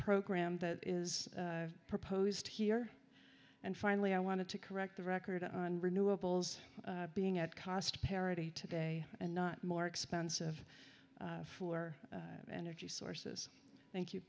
program that is proposed here and finally i wanted to correct the record on renewables being at cost parity today and not more expensive for energy sources thank you